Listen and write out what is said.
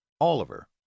Oliver